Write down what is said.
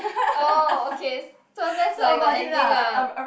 oh okay so that's like the ending ah